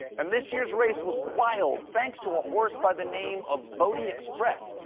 and this year's race was wild, thanks to a horse by the name of bodexpress.